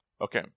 Okay